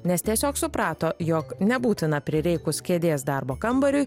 nes tiesiog suprato jog nebūtina prireikus kėdės darbo kambariui